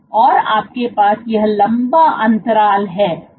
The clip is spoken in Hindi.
और आपके पास यह लंबा अंतराल है